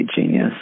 genius